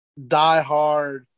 diehard